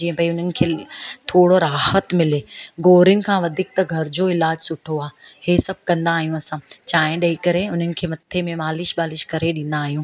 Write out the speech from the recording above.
जीअं भई हुननि खे थोरो राहत मिले गोलियुनि खां वधीक त घर जो इलाजु सुठो आहे इहे सभु कंदा आहियूं असां चांहि ॾेई करे उन्हनि खे मथे में मालिश वालिश करे ॾींदा आहियूं